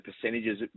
percentages